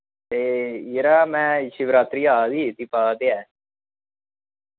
य़रा में शिवरात्री आ दी ते तुगी पता ते ऐ